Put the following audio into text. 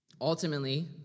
Ultimately